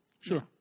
Sure